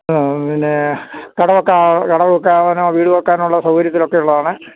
പിന്നെ കട വെയ്ക്കുവാനോ വീട് വെയ്ക്കുവാനോ ഉള്ള സൗകര്യത്തിലൊക്കെയുള്ളതാണ്